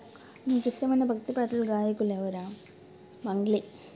నీకు ఇష్టమైన భక్తి పాటలు గాయకులు ఎవరా మంగ్లీ